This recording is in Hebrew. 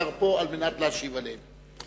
השר פה על מנת להשיב עליהן.